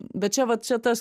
bet čia va čia tas